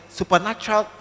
supernatural